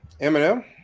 Eminem